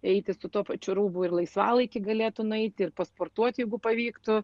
eiti su tuo pačiu rūbu ir laisvalaikį galėtų nueiti ir pasportuoti jeigu pavyktų